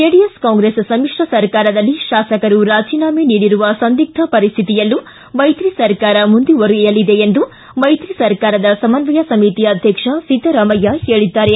JDS Congress ಸಮಿಶ್ರ ಸರ್ಕಾರದಲ್ಲಿ ತಾಸಕರು ರಾಜೀನಾಮೆ ನೀಡಿರುವ ಸಂದಿಗ್ಧ ಪರಿಸ್ಥಿತಿಯಲ್ಲೂ ಮೈತ್ರಿ ಸರ್ಕಾರ ಮುಂದುವರಿಯಲಿದೆ ಎಂದು ಮೈತ್ರಿ ಸರ್ಕಾರದ ಸಮನ್ವಯ ಸಮಿತಿ ಅಧ್ಯಕ್ಷ ಸಿದ್ದರಾಮಯ್ಯ ಹೇಳಿದ್ದಾರೆ